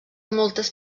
moltes